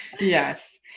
yes